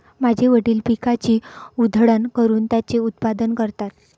माझे वडील पिकाची उधळण करून त्याचे उत्पादन करतात